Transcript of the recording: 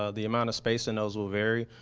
ah the amount of space in those will vary,